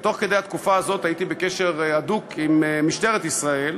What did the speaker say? ובמהלך התקופה הזאת הייתי בקשר הדוק עם משטרת ישראל,